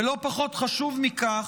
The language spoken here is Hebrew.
ולא פחות חשוב מכך,